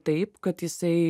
taip kad jisai